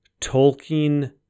tolkien